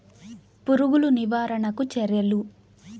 పురుగులు నివారణకు చర్యలు?